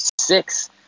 six